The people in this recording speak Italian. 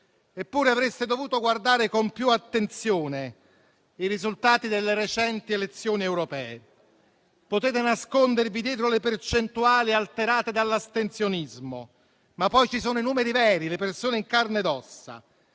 Eppure avreste dovuto guardare con più attenzione i risultati delle recenti elezioni europee. Potete nascondervi dietro le percentuali alterate dall'astensionismo, ma poi ci sono i numeri veri, le persone in carne ed ossa.